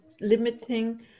limiting